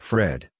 Fred